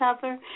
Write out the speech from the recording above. cover